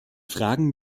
fragen